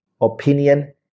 opinion